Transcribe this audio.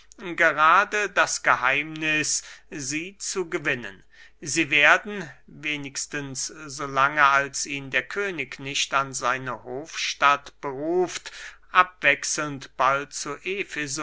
gerade das geheimniß sie zu gewinnen sie werden wenigstens so lange als ihn der könig nicht an seine hofstatt beruft abwechselnd bald zu